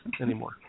anymore